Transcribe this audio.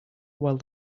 while